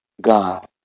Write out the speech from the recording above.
God